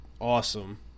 awesome